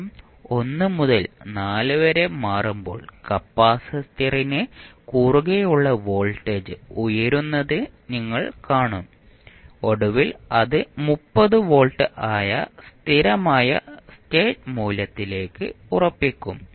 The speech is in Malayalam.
സമയം 1 മുതൽ 4 വരെ മാറുമ്പോൾ കപ്പാസിറ്ററിന് കുറുകെയുള്ള വോൾട്ടേജ് ഉയരുന്നത് നിങ്ങൾ കാണും ഒടുവിൽ അത് 30 വോൾട്ട് ആയ സ്ഥിരമായ സ്റ്റേറ്റ് മൂല്യത്തിലേക്ക് ഉറപ്പിക്കും